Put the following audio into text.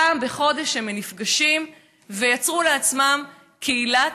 פעם בחודש הם נפגשים, והם יצרו לעצמם קהילת